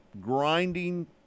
grinding